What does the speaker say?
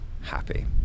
happy